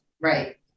Right